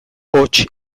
hots